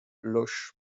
loches